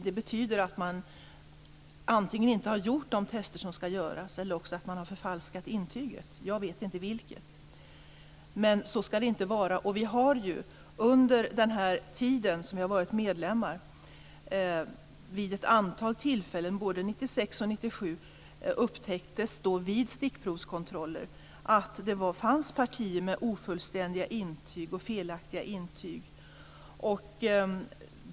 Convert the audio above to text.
Det betyder att man antingen inte har gjort de test som ska göras eller att man har förfalskat intyget. Jag vet inte vilket, men så ska det inte vara. Vi har ju under den tid då vi har varit medlemmar vid ett antal tillfällen både 1996 och 1997 vid stickprovskontroller upptäckt att det fanns partier med ofullständiga intyg, felaktiga intyg.